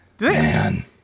Man